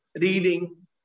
Reading